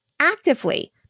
actively